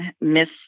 Miss